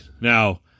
now